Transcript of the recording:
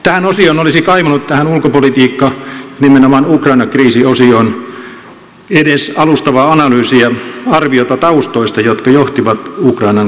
tähän ulkopolitiikkaosioon nimenomaan ukrainan kriisi osioon olisi kaivannut edes alustavaa analyysia arviota taustoista jotka johtivat ukrainan kriisiin